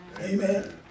Amen